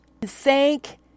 thank